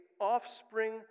offspring